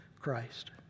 Christ